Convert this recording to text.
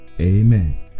amen